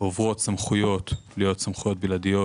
עוברות סמכויות להיות סמכויות בלעדיות